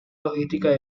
logística